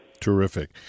Terrific